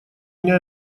меня